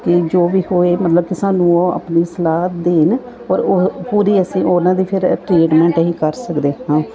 ਕਿ ਜੋ ਵੀ ਹੋਵੇ ਮਤਲਬ ਕਿ ਸਾਨੂੰ ਉਹ ਆਪਣੀ ਸਲਾਹ ਦੇਣ ਔਰ ਉਹ ਪੂਰੀ ਅਸੀਂ ਉਹਨਾਂ ਦੀ ਫਿਰ ਟਰੀਟਮੈਂਟ ਅਸੀਂ ਕਰ ਸਕਦੇ ਹਾਂ